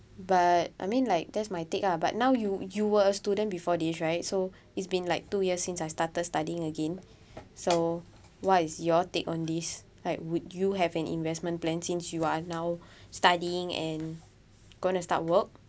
but I mean like that's my take ah but now you you were a student before this right so it's been like two years since I started studying again so what is your take on this like would you have an investment plan since you are now studying and going to start work